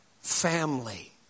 family